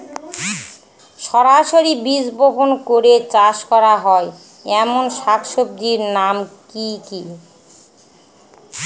সরাসরি বীজ বপন করে চাষ করা হয় এমন শাকসবজির নাম কি কী?